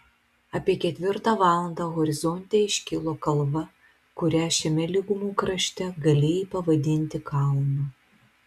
apie ketvirtą valandą horizonte iškilo kalva kurią šiame lygumų krašte galėjai pavadinti kalnu